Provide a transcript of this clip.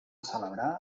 celebrar